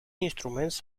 instruments